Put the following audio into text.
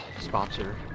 sponsor